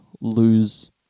lose